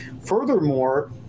Furthermore